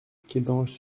kédange